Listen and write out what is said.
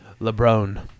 LeBron